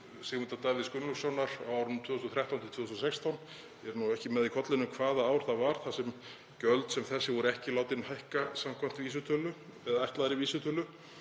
Sigmundar Davíðs Gunnlaugssonar á árunum 2013–2016. Ég er nú ekki með í kollinum hvaða ár það var sem gjöld sem þessi voru ekki látin hækka samkvæmt vísitölu eða ætlaðri vísitölu.